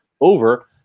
over